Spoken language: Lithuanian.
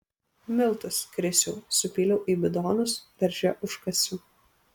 miltus krisiau supyliau į bidonus darže užkasiau